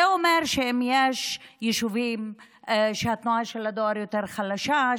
זה אומר שאם יש יישובים שבהם התנועה של הדואר יותר חלשה,